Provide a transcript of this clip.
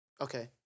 okay